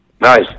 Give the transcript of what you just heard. Nice